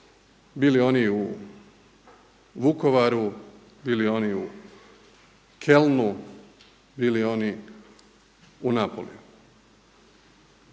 bili oni u Vukovaru, bili oni u Kolnu, bili oni u Napoliu.